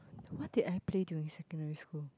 what did I play during secondary school